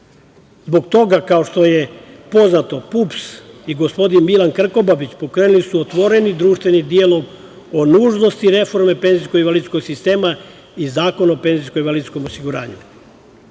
toga, kao što je poznato, PUPS i gospodin Milan Krkobabić pokrenuli su otvoreni društveni dijalog o nužnosti reforme penzijsko-invalidskog sistema i Zakon o penzijskom i invalidskom osiguranju.